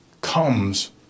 comes